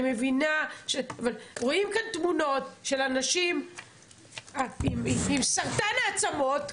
אבל רואים כאן תמונות של אנשים עם סרטן העצמות,